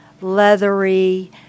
leathery